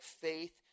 faith